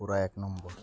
ପୁରା ଏକ ନମ୍ବର୍